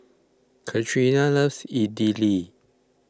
Katrina loves Idili